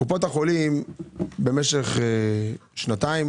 קופות החולים במשך שנתיים